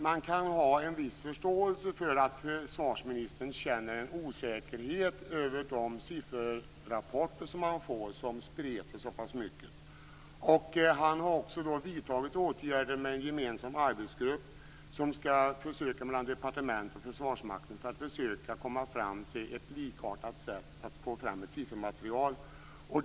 Man kan ha en viss förståelse för att försvarsministern känner osäkerhet över de sifferrapporter han får, som spretar så pass mycket. Han har också vidtagit åtgärden att tillsätta en för departement och försvarsmakt gemensam arbetsgrupp, som skall försöka komma fram till ett likartat sätt att få fram ett siffermaterial.